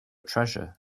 treasure